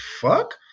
fuck